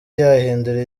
yahindura